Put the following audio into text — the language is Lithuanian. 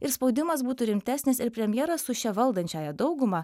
ir spaudimas būtų rimtesnis ir premjeras su šia valdančiąja dauguma